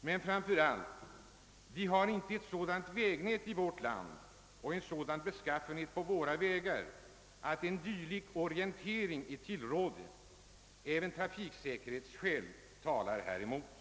Men framför allt har vi inte i vårt land ett sådant vägnät och sådan beskaffenhet på våra vägar att en dylik orientering är tillrådlig. även trafiksäkerhetsskäl talar häremot.